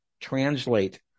translate